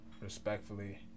Respectfully